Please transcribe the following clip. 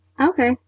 Okay